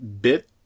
bit